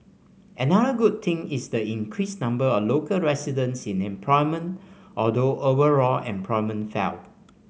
another good thing is the increased number of local residents in employment although overall employment fell